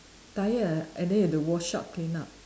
tired ah and then you have to wash up clean up